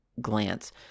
glance